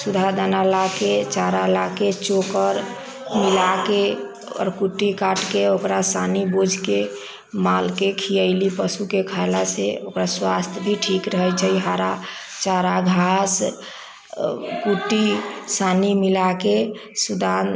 सुधा दाना ला के चारा ला के चोकर खियाके आओर कुटी काट के ओकरा सानी बोझके मालके खियैली पशुके खयला से ओकर स्वास्थ भी ठीक रहै छै हरा चारा घास कुटी सानी मिलाके सुदान